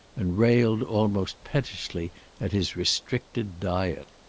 and railed almost pettishly at his restricted diet.